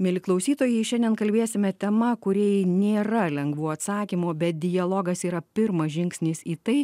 mieli klausytojai šiandien kalbėsime tema kuriai nėra lengvų atsakymų bet dialogas yra pirmas žingsnis į tai